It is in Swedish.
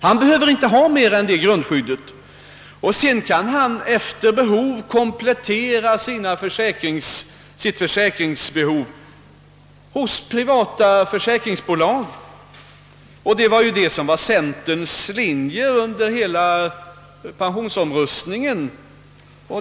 Han behöver inte ha mer än detta grundskydd, ty sedan kan han efter behov komplettera försäkringen i privata försäkringsbolag, och detta var ju centerns linje i pensionsomröstningen.